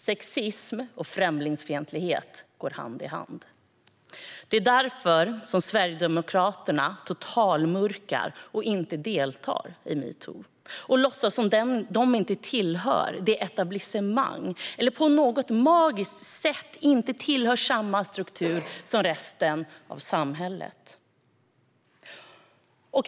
Sexism och främlingsfientlighet går hand i hand. Det är därför Sverigedemokraterna totalmörkar och inte deltar i metoo. De låtsas att de inte tillhör etablissemanget eller på något magiskt sätt inte tillhör samma struktur som resten av samhället.